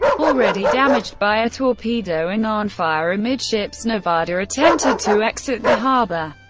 already damaged by a torpedo and on fire amidships, nevada attempted to exit the harbor.